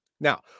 Now